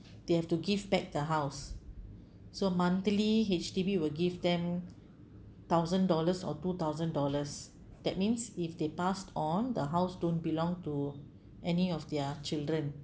they have to give back the house so monthly H_D_B will give them thousand dollars or two thousand dollars that means if they passed on the house don't belong to any of their children